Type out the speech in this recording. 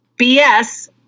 BS